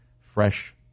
fresh